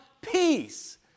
peace